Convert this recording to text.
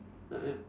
ah ya